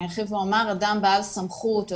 אני ארחיב ואומר אדם בעל סמכות.